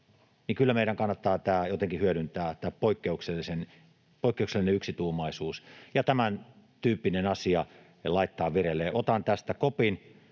niin kyllä meidän kannattaa jotenkin hyödyntää tämä poikkeuksellinen yksituumaisuus ja tämän tyyppinen asia laittaa vireille. Otan tästä kopin,